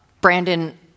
Brandon